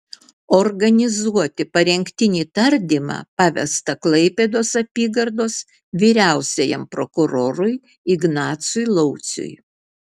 organizuoti parengtinį tardymą pavesta klaipėdos apygardos vyriausiajam prokurorui ignacui lauciui